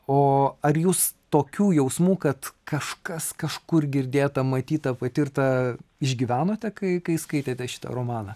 o ar jūs tokių jausmų kad kažkas kažkur girdėta matyta patirta išgyvenote kai kai skaitėte šitą romaną